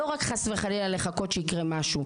לא חס וחלילה רק לחכות שיקרה משהו,